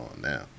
now